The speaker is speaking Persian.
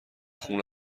خون